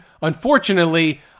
Unfortunately